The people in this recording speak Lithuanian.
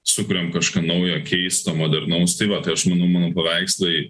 sukuriam kažką naujo keisto modernaus tai va tai aš manau mano paveikslai